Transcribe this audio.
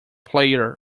player